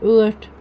ٲٹھ